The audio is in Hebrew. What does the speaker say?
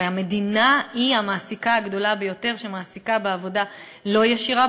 הרי המדינה היא המעסיקה הגדולה ביותר שמעסיקה בעבודה לא ישירה,